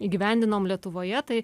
įgyvendinom lietuvoje tai